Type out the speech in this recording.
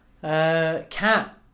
Cat